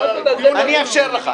אני אאפשר לך.